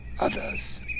others